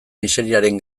miseriaren